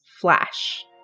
flash